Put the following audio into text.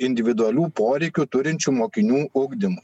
individualių poreikių turinčių mokinių ugdymu